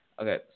Okay